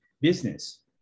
business